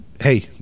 hey